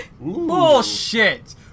Bullshit